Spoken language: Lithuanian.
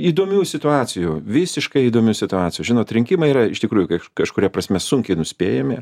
įdomių situacijų visiškai įdomių situacijų žinot rinkimai yra iš tikrųjų kažk kažkuria prasme sunkiai nuspėjami